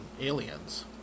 aliens